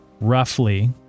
roughly